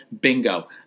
Bingo